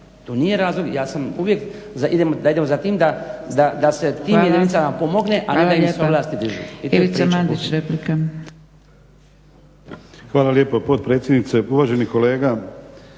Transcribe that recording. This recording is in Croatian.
To nije razlog, ja sam uvijek da idemo za tim da se tim jedinicama pomogne a ne da im se ovlasti dižu. **Zgrebec, Dragica